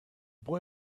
boy